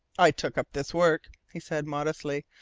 i took up this work, he said modestly,